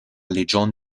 legion